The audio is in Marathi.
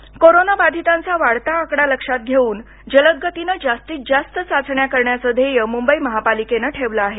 महाराष्ट्र कोविड कोरोना बाधितांचा वाढता आकडा लक्षात घेऊन जलदगतीनं जास्तीत जास्त चाचण्या करण्याचं ध्येय मुंबई महापालिकेनं ठेवलं आहे